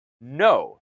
no